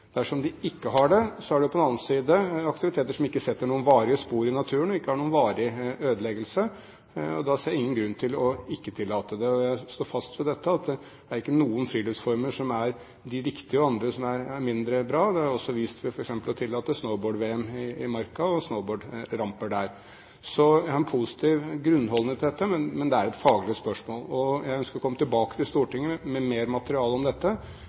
Er det på en annen side aktiviteter som ikke setter noen varige spor i naturen og ikke har noen varig ødeleggelse, ser jeg ingen grunn til å ikke tillate det. Jeg står fast ved at det ikke er noen friluftsformer som er riktige og andre som er mindre bra. Det har jeg også vist ved f.eks. å tillate snowboard-VM i Marka og ha snowboardramper der. Så jeg har en positiv grunnholdning til dette, men det er et faglig spørsmål. Jeg ønsker å komme tilbake til Stortinget med mer materiale om dette.